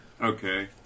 Okay